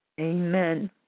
Amen